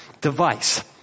device